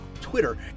Twitter